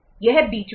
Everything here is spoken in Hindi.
यह बीच में है